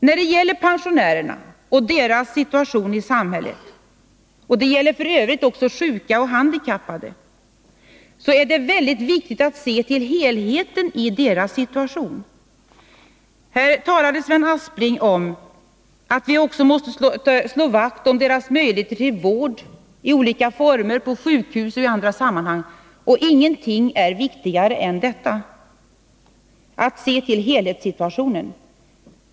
När det gäller pensionärerna och deras situation i samhället — och f. ö. också sjuka och handikappade — är det väldigt viktigt att se till helheten i deras situation. Sven Aspling talade om att vi också måste slå vakt om deras möjligheter till vård i olika former — på sjukhus och i andra sammanhang. Och ingenting är viktigare än detta — att se till helhetssituationen.